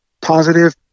positive